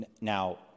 Now